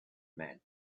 man